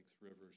rivers